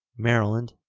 maryland,